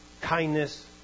Kindness